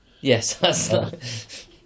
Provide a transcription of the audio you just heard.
yes